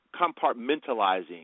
compartmentalizing